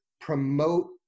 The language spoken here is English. promote